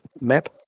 map